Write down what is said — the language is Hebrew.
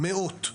מאות,